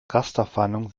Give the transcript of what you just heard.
rasterfahndung